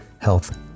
health